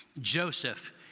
Joseph